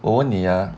我问你呀